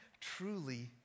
truly